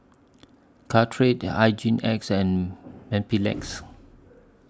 Caltrate Hygin X and and Mepilex